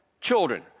children